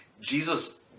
Jesus